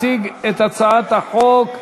יציג את הצעת החוק,